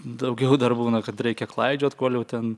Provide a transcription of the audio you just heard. daugiau dar būna kad reikia klaidžiot kol jau ten